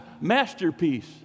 masterpiece